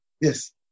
yes